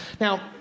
Now